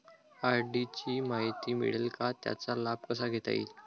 RD ची माहिती मिळेल का, त्याचा लाभ कसा घेता येईल?